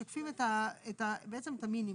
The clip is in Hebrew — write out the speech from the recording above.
משקפים בעצם את המינימום.